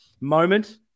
moment